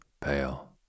pale